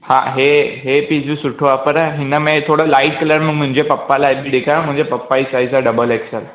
हा इहो इहो पीस बि सुठो आहे पर हिन में थोरे लाइट कलर में मुंहिंजे पपा लाइ बि ॾेखारियो मुंहिंजे पपा ई साइज़ आहे डबल एक्सल